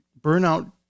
burnout